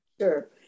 Sure